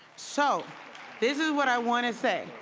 so this is what i want to say.